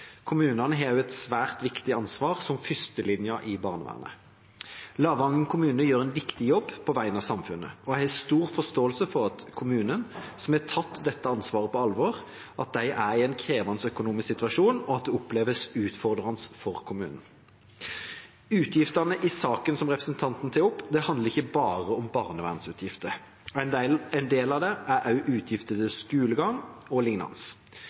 Kommunene har også et svært viktig ansvar som førstelinja i barnevernet. Lavangen kommune gjør en viktig jobb på vegne av samfunnet, og jeg har stor forståelse for at kommunen, som har tatt dette ansvaret på alvor, er i en krevende økonomisk situasjon, og at det oppleves utfordrende for kommunen. Utgiftene i saken som representanten tar opp, handler ikke bare om barnevernsutgifter. En del av det er også utgifter